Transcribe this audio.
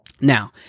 Now